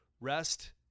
rest